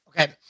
Okay